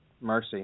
Mercy